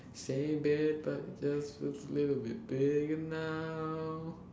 same bed but it feels just a little bit bigger now